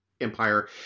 empire